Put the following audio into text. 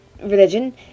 religion